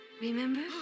remember